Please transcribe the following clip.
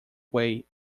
way